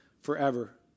forever